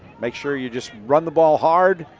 make sure you just run the ball hard,